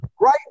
Right